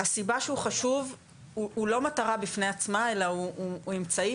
הסיבה שהוא חשוב הוא לא מטרה בפני עצמה אלא הוא אמצעי